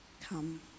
come